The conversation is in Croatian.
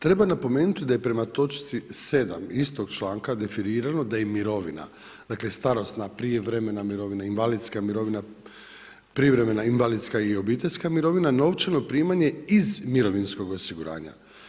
Treba napomenuti da je prema točci 7. istog članka definirano da je mirovina, dakle starosna, prijevremena mirovina, invalidska mirovina, privremena invalidska i obiteljska mirovina novčano primanje iz mirovinskog osiguranja.